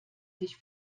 sich